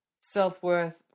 self-worth